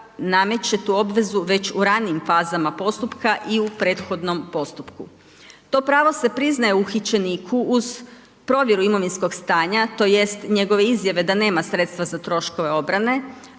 nameće tu obvezu već u ranijim fazama postupka i u prethodnom postupku. To pravo se priznaje uhićeniku uz provjeru imovinskog stanja tj. njegove izjave da nema sredstva za troškove obrane